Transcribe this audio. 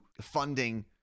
funding